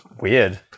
Weird